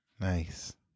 Nice